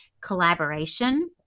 collaboration